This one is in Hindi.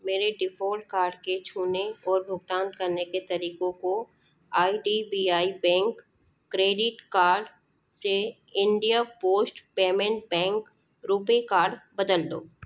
मेरे डिफ़ॉल्ट कार्ड के छूने और भुगतान करने के तरीको को I D B I bank credit card से India post payment bank RuPay card बदल दो